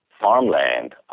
farmland